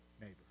neighbor